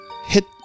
Hit